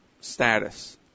status